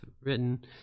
written